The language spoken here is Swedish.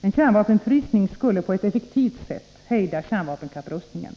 En kärnvapenfrysning skulle på ett effektivt sätt hejda kärnvapenkapprustningen.